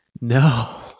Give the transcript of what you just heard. no